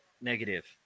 negative